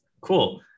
Cool